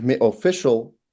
official